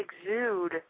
exude